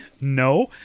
No